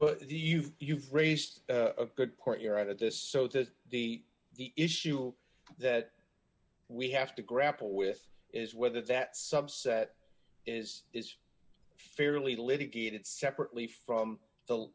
the you've you've raised a good point you're right at this so that the the issue that we have to grapple with is whether that subset is is fairly litigated separately from the